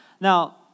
Now